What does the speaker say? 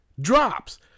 Drops